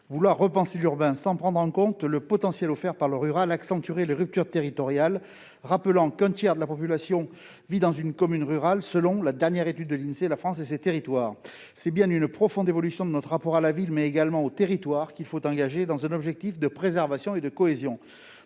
Vouloir repenser l'urbain sans prendre en compte le potentiel offert par le rural accentuerait les ruptures territoriales ; je rappelle qu'un tiers de la population vit dans une commune rurale, selon la dernière étude de l'Insee sur. C'est bien une profonde évolution de notre rapport à la ville et aux territoires qu'il faut engager, dans un objectif de préservation et de cohésion.